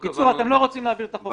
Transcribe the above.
בקיצור, אתם לא רוצים להעביר את החוק.